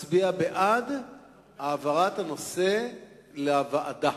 מצביע בעד העברת הנושא לוועדה.